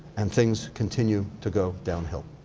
and things continue to go downhill.